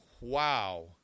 wow